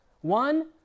One